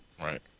right